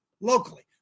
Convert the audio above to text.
locally